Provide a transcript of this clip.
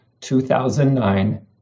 2009